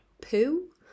poo